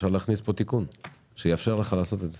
אפשר להכניס פה תיקון שיאפשר לעשות את זה.